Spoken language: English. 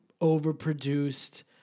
overproduced